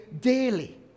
daily